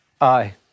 Aye